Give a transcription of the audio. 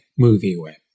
MovieWeb